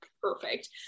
perfect